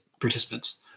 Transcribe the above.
participants